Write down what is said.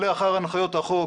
בוא תמלא אחר הנחיות החוק,